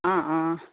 অঁ অঁ